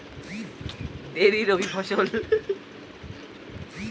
তামারি ফসল দেরী খরিফ না দেরী রবি ফসল?